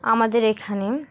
আমাদের এখানে